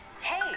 hey